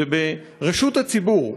זה ברשות הציבור.